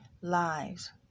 lives